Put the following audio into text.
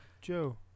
Joe